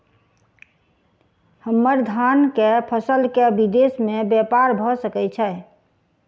हम्मर धान केँ फसल केँ विदेश मे ब्यपार भऽ सकै छै?